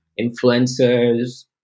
influencers